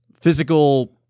physical